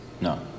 no